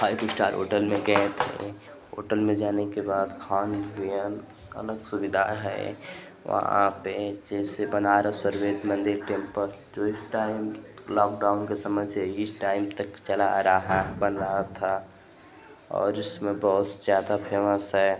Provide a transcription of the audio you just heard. five star hotel में गए थे होटल में जाने के बाद खान पियन अलग सुविधा है वहाँ पर जैसे बनारस और वेद मंदिर टेंपल टूरिस्ट टाइम लॉकडाउन के समय से इस टाइम तक चला आ रहा बन आ रहा था और इसमें बहुत ज़्यादा फेमस है